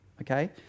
Okay